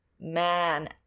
Man